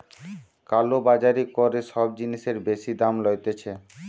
কালো বাজারি করে সব জিনিসের বেশি দাম লইতেছে